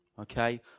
Okay